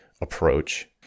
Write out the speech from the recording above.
approach